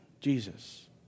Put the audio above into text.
Jesus